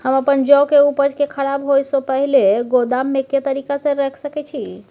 हम अपन जौ के उपज के खराब होय सो पहिले गोदाम में के तरीका से रैख सके छी?